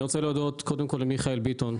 אני רוצה להודות קודם כל למיכאל ביטון,